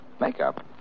Makeup